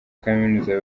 kaminuza